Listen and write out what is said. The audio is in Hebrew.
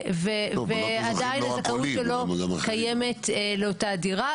ועדיין הזכאות שלו קיימת לאותה דירה.